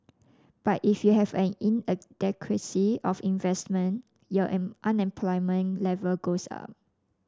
but if you have an inadequacy of investment your unemployment level goes up